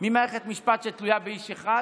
ממערכת משפט שתלויה באיש אחד